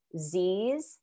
Zs